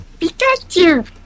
Pikachu